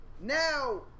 now